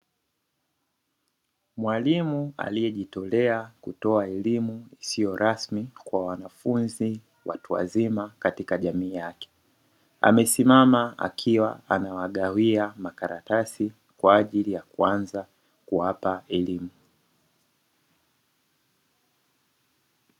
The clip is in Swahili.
Mwalimu aliyejitolea kutoa elimu isiyo rasmi kwa wanafunzi watu wazima katika jamii yake, amesimama akiwa amewagawia makaratasi kwa ajili ya kuanza kuwapa elimu.